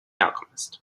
alchemist